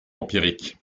empirique